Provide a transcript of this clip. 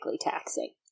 taxing